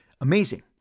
amazing